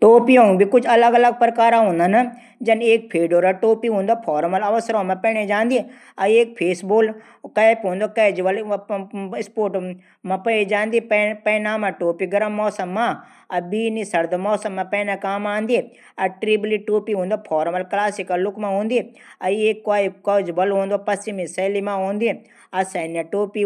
टोपियों भी कुछ अलग अलग प्रकार हूदन। जन की एक फेडोरा टोपी हूदी व फारमल अवसरों मा पैहने जांदी। एक फेसबॉल टोपी हूदी। व स्पोर्ट्स मा पहने जांदी। पैनामा टोपी गर्म मौसम मा। बीनस टोपी सर्द मौसम मा। ट्रीबली टॉपी व फॉरमल क्लासिकल लूक मा हूदी। और कॉजबल हूंदी व पश्चिमी शैली मा पहने जांदी। सैन्य टोपी